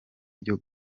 byo